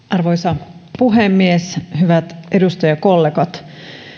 arvoisa puhemies hyvät edustajakollegat